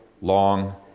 long